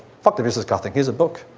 fuck the business card. here's a book!